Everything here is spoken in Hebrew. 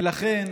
ולכן,